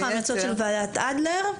ברוח ההמלצות של ועדת אדלר.